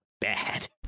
bad